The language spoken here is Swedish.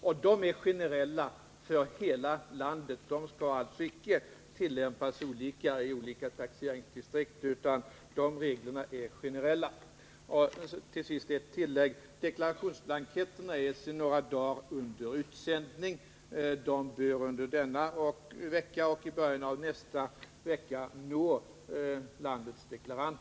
Dessa regler är generella för hela landet, och de skall alltså inte tillämpas olika i olika taxeringsdistrikt. Till sist vill jag tillägga att deklarationsblanketterna sedan några dagar är under utsändning. De bör under denna vecka eller i början av nästa vecka nå landets deklaranter.